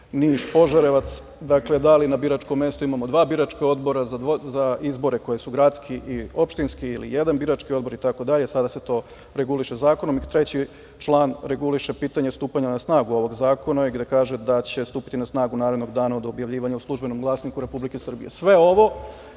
Niš, Požarevac, dakle, da li na biračkom mestu imamo dva biračka odbora za izbore koji su gradski i opštinski ili jedan birački odboritd, sada se to reguliše zakonom i treći član reguliše pitanje stupanja na snagu ovog zakona, gde kaže da će stupiti na snagu narednog dana od objavljivanja u „Službenom glasniku“ Republike Srbije. Sve ovo